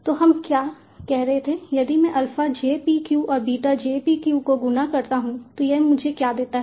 तो हम क्या कह रहे थे यदि मैं अल्फा j p q और बीटा j p q को गुणा करता हूं तो यह मुझे क्या देता है